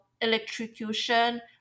electrocution